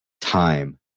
time